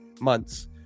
months